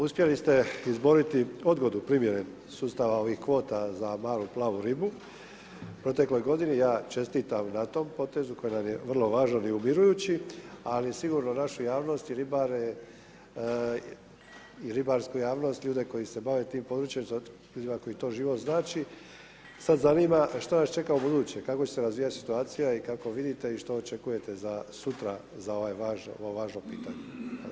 Uspjeli ste izboriti odgodu primjene sustava ovih kvota za malu plavu ribu u protekloj godini, ja čestitam na tom potezu koji nam je vrlo važan i umirujući, ali sigurno našu javnost i ribare i ribarsku javnost i ljude koji se bave tim područjem, ljudima kojima to život znači sad zanima što nas čeka u buduće i kako će se razvijati situacija i kako vidite i što očekujete za sutra za ovaj važan, ovo važno pitanje.